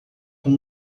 com